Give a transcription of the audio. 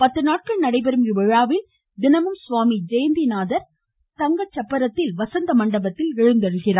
பத்து நாட்கள் நடைபெறும் இவ்விழாவில் தினமும் சுவாமி ஜெயந்திநாதர் தங்கச்சப்பரத்தில் வசந்த மண்டபத்தில் எழுந்தருள்வார்